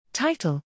Title